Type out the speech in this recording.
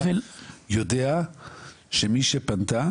הוא יודע שמי שפנתה